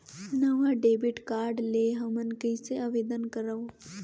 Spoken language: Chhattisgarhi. नवा डेबिट कार्ड ले हमन कइसे आवेदन करंव?